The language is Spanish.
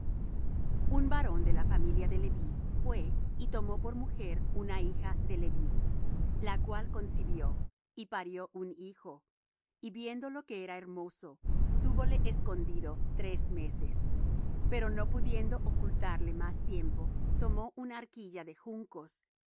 un varón de la familia de leví fué y tomó por mujer una hija de leví la cual concibió y parió un hijo y viéndolo que era hermoso túvole escondido tres meses pero no pudiendo ocultarle más tiempo tomó una arquilla de juncos